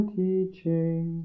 teaching